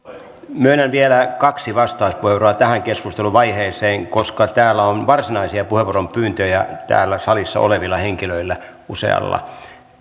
myönnän vielä kaksi vastauspuheenvuoroa tähän keskusteluvaiheeseen koska täällä on varsinaisia puheenvuoropyyntöjä täällä salissa olevilla henkilöillä usealla